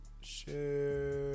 share